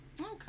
Okay